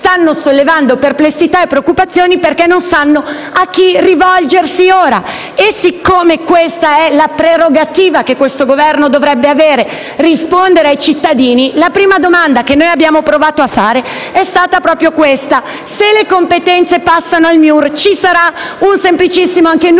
stanno sollevando perplessità e preoccupazioni perché non sanno a chi rivolgersi ora. Siccome questa è la prerogativa che il Governo dovrebbe avere, ossia rispondere ai cittadini, la prima domanda che abbiamo provato a fare è stata proprio questa: se le competenze passano al MIUR, ci sarà un semplicissimo numero